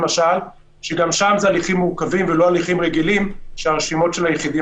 שגם שם ההליכים מורכבים ולא הליכים רגילים שהרשימות של היחידים,